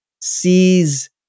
sees